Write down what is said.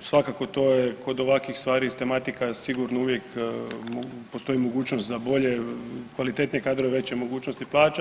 svakako to je kod ovakvih stvari tematika sigurno uvijek postoji mogućnost za bolje, kvalitetnije kadrove, veće mogućnosti plaća.